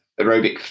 aerobic